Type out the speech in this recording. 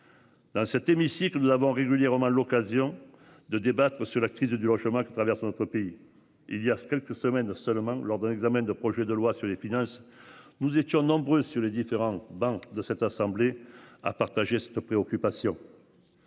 Dans cet hémicycle, nous avons régulièrement l'occasion de débattre sur la crise du logement qui traverse notre pays, il y a quelques semaines seulement lors de l'examen de projets de loi sur les finances. Nous étions nombreux sur les différents bancs de cette assemblée à partager cette préoccupation.